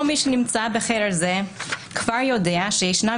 כל מי שנמצא בחדר זה כבר יודע שישנם